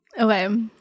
Okay